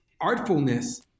artfulness